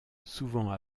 souvent